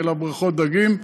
אלא בבריכות דגים,